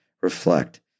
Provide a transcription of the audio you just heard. reflect